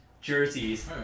jerseys